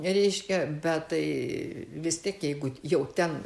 reiškia bet tai vis tiek jeigu jau ten